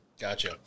Gotcha